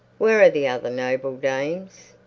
where are the other noble dames?